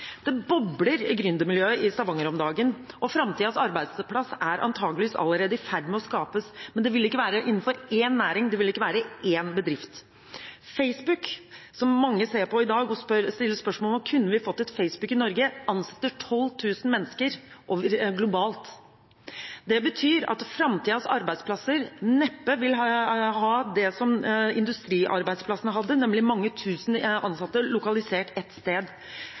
Det bobler i gründermiljøet i Stavanger om dagen, og framtidens arbeidsplass er antakeligvis allerede i ferd med å skapes, men det vil ikke være innenfor én næring, det vil ikke være én bedrift. Facebook, som mange bruker i dag og stiller spørsmålet om vi kunne fått et Facebook i Norge, ansetter 12 000 mennesker globalt. Det betyr at framtidens arbeidsplasser neppe vil ha det som industriplassene hadde, nemlig mange tusen ansatte lokalisert ett sted.